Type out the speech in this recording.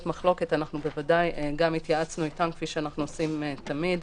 מחלוקת בוודאי התייעצנו גם איתם כפי שאנחנו עושים תמיד.